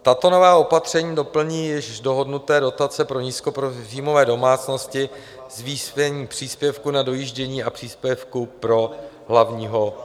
Tato nová opatření doplní již dohodnuté dotace pro nízkopříjmové domácnosti, zvýšení příspěvku na dojíždění a příspěvku pro hlavního dodavatele.